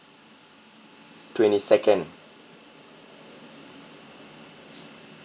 twenty second